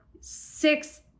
six